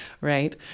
right